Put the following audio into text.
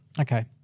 Okay